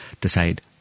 decide